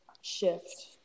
shift